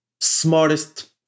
smartest